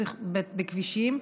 את הכבישים,